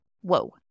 Whoa